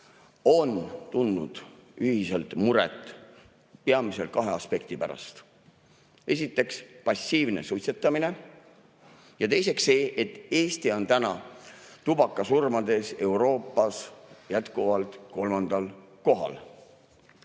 on tundnud ühiselt muret peamiselt kahe aspekti pärast. Esiteks, passiivne suitsetamine, ja teiseks see, et Eesti on praegu tubakasurmades Euroopas jätkuvalt kolmandal kohal.